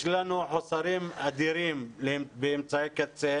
יש לנו חוסרים אדירים באמצעי קצה.